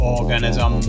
Organism